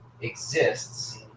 Exists